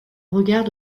regard